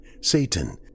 Satan